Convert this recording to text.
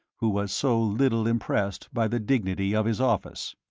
who was so little impressed by the dignity of his office.